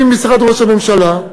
עם משרד ראש הממשלה,